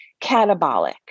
catabolic